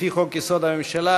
לפי חוק-יסוד: הממשלה,